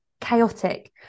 chaotic